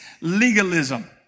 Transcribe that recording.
legalism